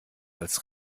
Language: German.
als